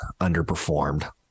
Underperformed